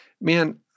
man